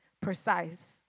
precise